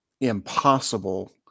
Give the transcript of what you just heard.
impossible